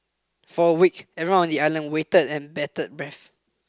for a week everyone on the island waited and bated breath